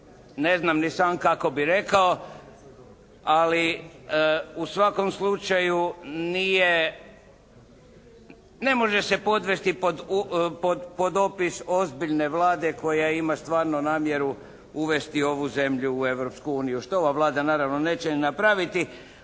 ne znam ni sam kako bih rekao, ali u svakom slučaju nije, ne može se podvesti pod opis ozbiljne Vlade koja ima stvarno namjeru uvesti ovu zemlju u Europsku uniju. Što ova Vlada naravno neće napraviti